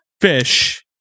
fish